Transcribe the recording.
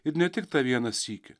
ir ne tik tą vieną sykį